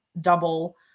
double